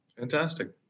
Fantastic